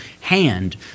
hand